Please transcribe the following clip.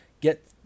get